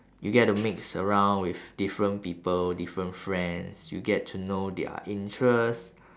you get to mix around with different people different friends you get to know their interest